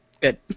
Good